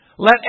Let